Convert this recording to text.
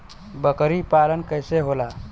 बकरी पालन कैसे होला?